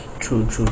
true true